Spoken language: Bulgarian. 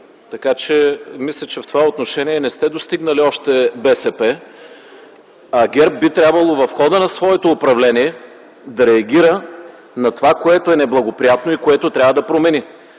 Така че мисля, че в това отношение не сте достигнали още БСП, а в хода на своето управление ГЕРБ би трябвало да реагира на това, което е неблагоприятно и което трябва да промени.